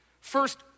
First